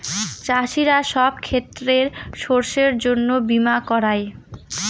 চাষীরা সব ক্ষেতের শস্যের জন্য বীমা করায়